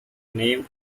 name